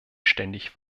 ständig